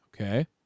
Okay